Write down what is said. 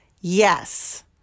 Yes